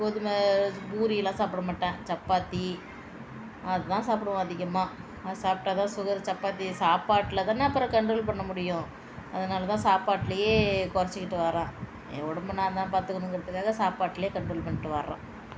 கோதுமை பூரி எல்லாம் சாப்பிடமாட்டேன் சப்பாத்தி அது தான் சாப்பிடுவோம் அதிகமாக அது சாப்பிடா தான் சுகரு சப்பாத்தியை சாப்பாட்டில் தானே அப்புறோம் கண்ட்ரோல் பண்ண முடியும் அதனாலதான் சாப்பாட்டுலையே குறச்சிக்கிட்டு வரேன் என் உடம்ப நான் தான் பார்த்துக்கணுங்குறத்துக்காக சாப்பாட்டுல கண்ட்ரோல் பண்ணிட்டு வரேன்